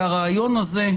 הרעיון הזה,